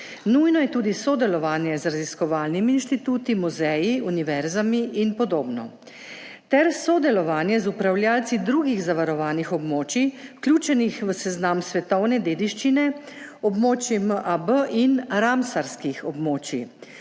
Nujno je tudi sodelovanje z raziskovalnimi inštituti, muzeji, univerzami in podobno ter sodelovanje z upravljavci drugih zavarovanih območij, vključenih v seznam svetovne dediščine, območij MAB in ramsarskih območij.